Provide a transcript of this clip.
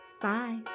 Bye